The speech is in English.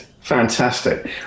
Fantastic